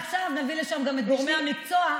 עכשיו נביא לשם גם את גורמי המקצוע,